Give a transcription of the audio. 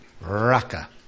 Raka